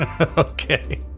Okay